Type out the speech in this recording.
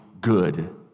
good